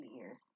ears